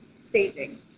staging